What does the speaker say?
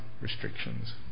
restrictions